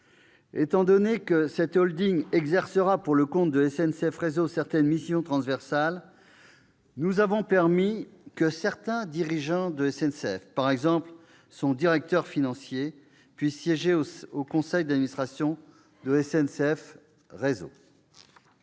étant donné que cette exercera pour le compte de SNCF Réseau certaines missions transversales, nous avons permis que certains dirigeants de SNCF, par exemple son directeur financier, puissent siéger au conseil d'administration de SNCF Réseau.